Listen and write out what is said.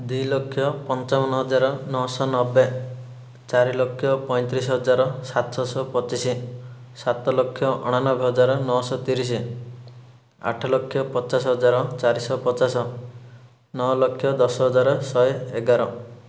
ଦୁଇ ଲକ୍ଷ ପଞ୍ଚାବନ ହଜାର ନଅଶହ ନବେ ଚାରିଲକ୍ଷ ପାଇଁତିରିଶ ହଜାର ସାତଶହ ପଚିଶ ସାତଲକ୍ଷ ଅଣାନବେ ହଜାର ନଅଶହ ତିରିଶ ଆଠଲକ୍ଷ ପଚାଶ ହଜାର ଚାରିଶହ ପଚାଶ ନଅଲକ୍ଷ ଦଶହଜାର ଶହେ ଏଗାର